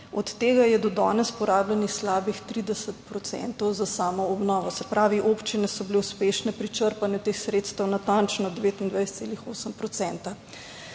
od tega je do danes porabljenih slabih 30 procentov za samo obnovo. Se pravi, občine so bile uspešne pri črpanju teh sredstev, natančno 29,8